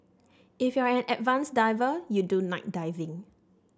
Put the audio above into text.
if you're an advanced diver you do night diving